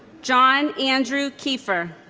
john andrew keefer